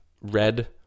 red